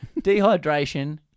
dehydration